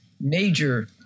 major